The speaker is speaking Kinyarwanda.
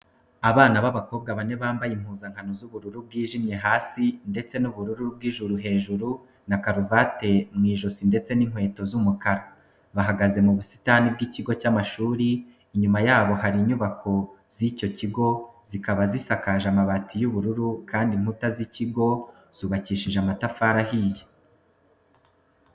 Abana b'abakobwa bane bambaye impuzankano z'ubururu bwijimye hasi ndetse n'ubururu bw'ijuru hejuru na karavate mu ijosi ndetse n'inkweto z'umukara. Bahagaze mu busitani bw'ikigo cy'amashuri, inyuma yabo hari inyubako z'icyo kigo zikaba zisakaje amabati y'ubururu kandi inkuta z'ikigo zubakishije amatafari ahiye.